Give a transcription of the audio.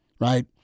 right